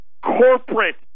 corporate